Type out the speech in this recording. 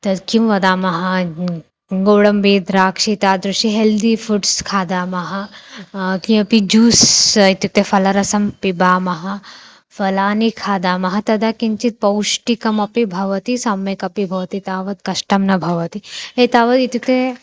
तद् किं वदामः गोडम्बिद्राक्षि तादृशी हेल्दि फ़ुड्स् खादामः किमपि ज्यूस् इत्युक्ते फलरसं पिबामः फलानि खादामः तदा किञ्चित् पौष्टिकमपि भवति सम्यक् अपि भवति तावत् कष्टं न भवति एतावद् इत्युक्ते